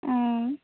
ᱩᱸᱻ